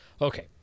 okay